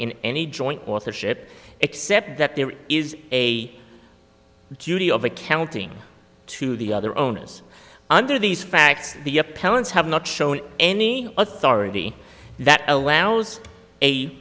in any joint authorship except that there is a duty of accounting to the other owners under these facts the appellants have not shown any authority that allows